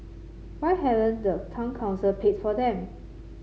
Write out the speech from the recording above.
why hadn't the town council paid for them